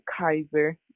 Kaiser